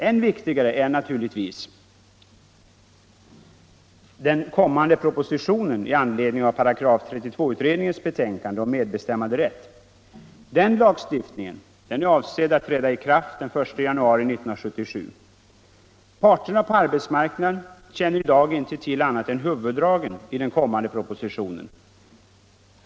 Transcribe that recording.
Än viktigare är naturligtvis den kommande propositionen i anledning av § 32-utredningens betänkande om medbestämmanderätt. Den lagstiftningen är avsedd att träda i kraft den 1 januari 1977. Parterna på arbetsmarknaden känner i dag inte till annat än huvuddragen i den kommande propositionen.